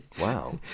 Wow